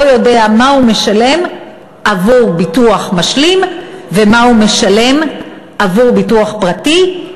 לא יודע מה הוא משלם עבור ביטוח משלים ומה הוא משלם עבור ביטוח פרטי,